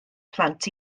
plant